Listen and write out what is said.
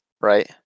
right